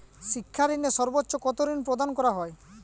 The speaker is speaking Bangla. শিক্ষা ঋণে সর্বোচ্চ কতো ঋণ প্রদান করা হয়?